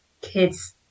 kids